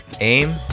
aim